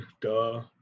duh